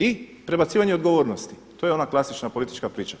I prebacivanje odgovornosti, to je ona klasična politička priča.